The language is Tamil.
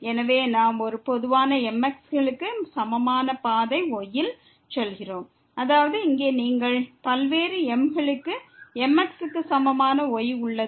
எனவே நாம் ஒரு பொதுவான mx களுக்கு சமமான பாதை y யில் செல்கிறோம் அதாவது இங்கே நீங்கள் பல்வேறு m களுக்கு mx க்கு சமமான y உள்ளது